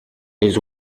des